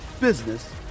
business